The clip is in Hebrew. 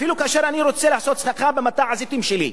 אפילו כאשר אני רוצה לעשות סככה במטע הזיתים שלי,